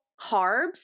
carbs